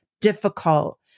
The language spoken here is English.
difficult